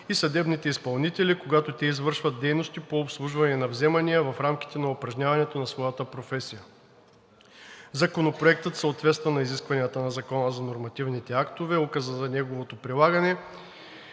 и съдебните изпълнители, когато те извършват дейности по обслужване на вземания в рамките на упражняването на своята професия. Законопроектът съответства на изискванията на Закона за нормативните актове, Указа за неговото прилагане